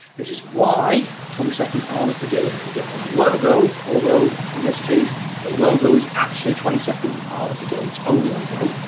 this is why twenty second armoured brigade has a different logo although in this case, teh logo is actually twenty second armoured brigade's own logo,